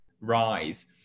rise